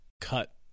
cut